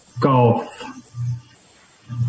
golf